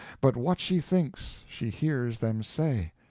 but what she thinks she hears them say,